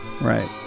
Right